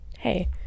Hey